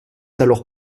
alors